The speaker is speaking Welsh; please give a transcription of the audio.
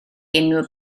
unrhyw